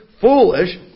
foolish